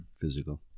physical